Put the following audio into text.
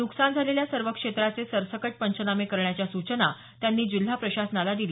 नुकसान झालेल्या सर्व क्षेत्राचे सरकट पंचनामे करण्याच्या सूचना त्यांनी जिल्हा प्रशासनाला दिल्या